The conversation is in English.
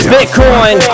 Bitcoin